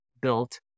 built